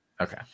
okay